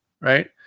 right